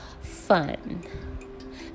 fun